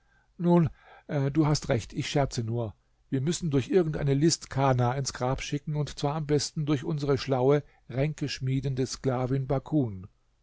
nun du hast recht ich scherze nur wir müssen durch irgend eine list kana ins grab schicken und zwar am besten durch unsere schlaue ränkeschmiedende sklavin bakun